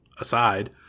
aside